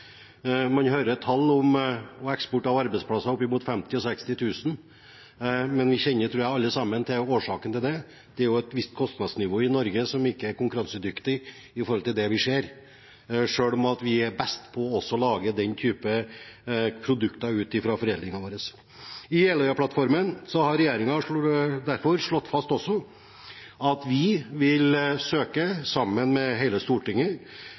Man hører om eksport av opp mot 50 000–60 000 arbeidsplasser, men vi kjenner, tror jeg, alle sammen årsaken til det. Det er jo et visst kostnadsnivå i Norge som ikke er konkurransedyktig, selv om vi er de beste til å lage den typen produkter i foredlingen vår. I Jeløya-plattformen har regjeringen derfor slått fast at vi, sammen med hele Stortinget,